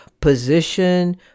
position